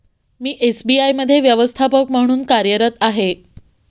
मी SBI मध्ये व्यवस्थापक म्हणून कार्यरत आहे